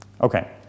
Okay